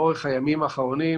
לאורך הימים האחרונים,